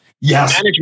Yes